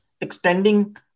extending